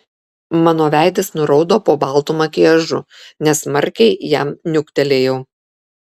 mano veidas nuraudo po baltu makiažu nesmarkiai jam niuktelėjau